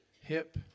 hip